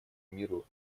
миру